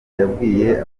yabwiye